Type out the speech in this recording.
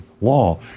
law